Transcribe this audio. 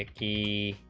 t